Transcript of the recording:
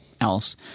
else